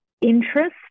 interest